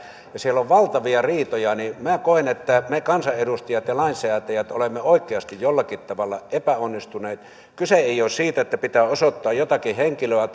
ja siellä on valtavia riitoja niin minä koen että me kansanedustajat ja lainsäätäjät olemme oikeasti jollakin tavalla epäonnistuneet kyse ei ole siitä että pitää osoittaa jotakin henkilöä